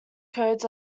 codes